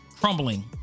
crumbling